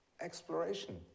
exploration